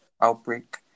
outbreak